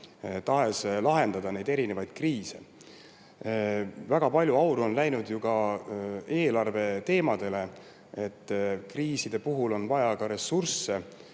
tahtes lahendada neid erinevaid kriise. Väga palju auru on läinud ju eelarveteemadele, sest kriiside puhul on vaja ka ressursse,